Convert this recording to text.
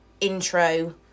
intro